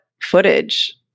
footage